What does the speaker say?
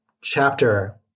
chapter